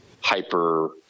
hyper